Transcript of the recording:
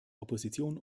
opposition